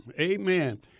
Amen